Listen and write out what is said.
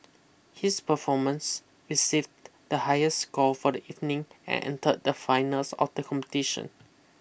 his performance received the highest score for the evening and entered the finals of the competition